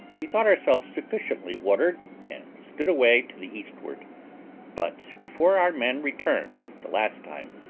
we thought ourselves sufficiently watered, and stood away to the eastward but, before our men returned the last time,